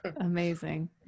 Amazing